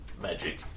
magic